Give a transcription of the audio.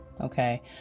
Okay